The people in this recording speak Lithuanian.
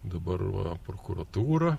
dabar va prokuratūra